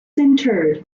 interred